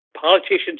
politicians